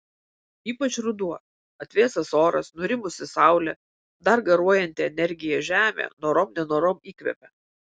ypač ruduo atvėsęs oras nurimusi saulė dar garuojanti energija žemė norom nenorom įkvepia